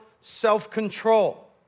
self-control